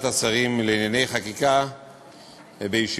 בוועדת השרים לענייני חקיקה בישיבתה